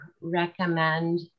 recommend